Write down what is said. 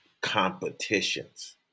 competitions